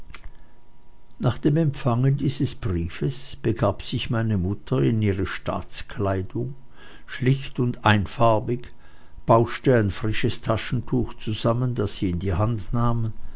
nach dem empfange dieses briefes begab sich meine mutter in ihre staatskleidung schlicht und einfarbig bauschte ein frisches taschentuch zusammen das sie in die hand nahm